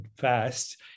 fast